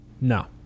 No